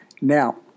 Now